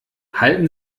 halten